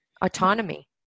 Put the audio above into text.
autonomy